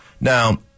Now